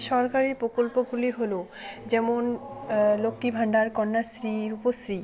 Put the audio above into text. সরকারি প্রকল্পগুলি হলো যেমন লক্ষ্মীর ভান্ডার কন্যাশ্রী রূপশ্রী